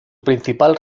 principal